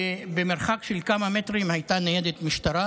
ובמרחק של כמה מטרים הייתה ניידת משטרה